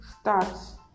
starts